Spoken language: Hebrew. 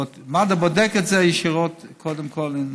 ומד"א בודק את זה קודם כול ישירות עם